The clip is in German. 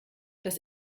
das